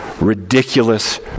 ridiculous